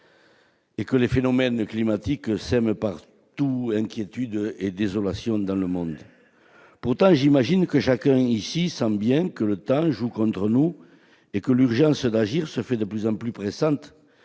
et que les phénomènes climatiques sèment, partout dans le monde, inquiétude et désolation. Pourtant, j'imagine que chacun, ici, sent bien que le temps joue contre nous, que l'urgence d'agir se fait de plus en plus pressante